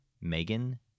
Megan